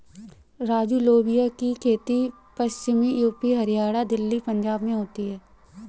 राजू लोबिया की खेती पश्चिमी यूपी, हरियाणा, दिल्ली, पंजाब में होती है